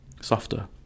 softer